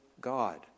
God